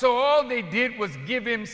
so all they did was give